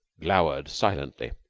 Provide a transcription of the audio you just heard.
glowered silently.